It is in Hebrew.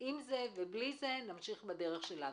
עם זה ובלי זה נמשיך בדרך שלנו.